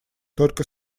только